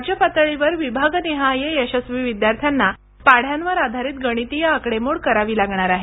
राज्य पातळीवर विभागनिहाय यशस्वी विद्यार्थ्यांना पाढ्यांवर आधारीत गणितीय आकडेमोड करावी लागणार आहे